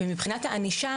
מבחינת הענישה